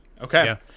Okay